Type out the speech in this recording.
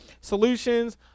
solutions